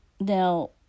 Now